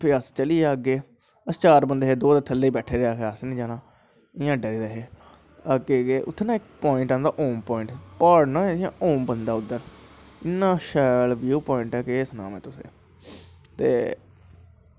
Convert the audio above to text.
अस चली गे अग्गैं अस चार बंदे हे दो ख'ल्ल बैठी गे कि नी जानां इयां डरी गेदे हे उत्थें नां इक पवाईंट आंदा ओम पवाईंट इयां ओम बनदा उध्दर इन्नां शैल पवाईंट ऐ के केह् सनां तुसेंगी के